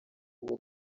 bwo